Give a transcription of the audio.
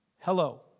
Hello